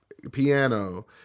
piano